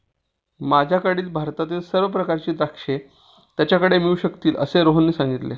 माझ्याकडील भारतातील सर्व प्रकारची द्राक्षे त्याच्याकडे मिळू शकतील असे रोहनने सांगितले